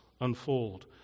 unfold